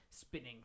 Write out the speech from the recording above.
spinning